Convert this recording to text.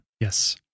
Yes